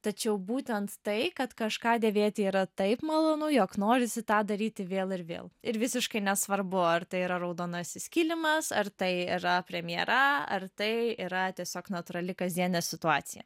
tačiau būtent tai kad kažką dėvėti yra taip malonu jog norisi tą daryti vėl ir vėl ir visiškai nesvarbu ar tai yra raudonasis kilimas ar tai yra premjera ar tai yra tiesiog natūrali kasdienė situacija